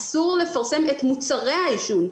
אסור לפרסם את מוצרי העישון.